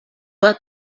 but